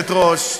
גברתי היושבת-ראש,